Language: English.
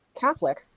Catholic